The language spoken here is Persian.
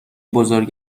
بزرگ